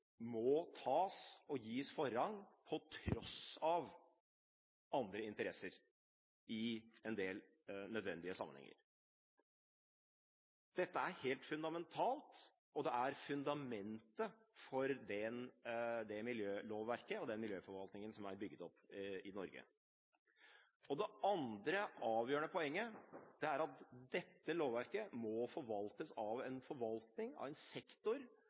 må tas og gis forrang på tross av andre interesser i en del nødvendige sammenhenger. Dette er helt fundamentalt, og det er fundamentet for det miljølovverket og den miljøforvaltningen som er bygget opp i Norge. Det andre avgjørende poenget er at dette lovverket må forvaltes av en forvaltning – av en sektor